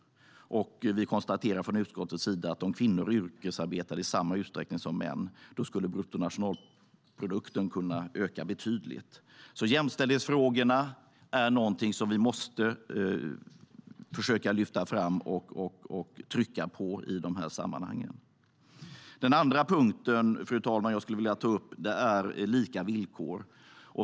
Vi konstaterar också att om kvinnor yrkesarbetade i samma utsträckning som män skulle bruttonationalprodukten kunna öka betydligt. Jämställdhetsfrågorna är alltså någonting som vi måste försöka lyfta fram och trycka på i dessa sammanhang. Det andra som jag skulle vilja ta upp gäller lika villkor.